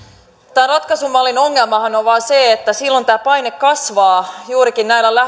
tämän ratkaisumallin ongelmahan on on vain se että silloin tämä paine kasvaa juurikin näillä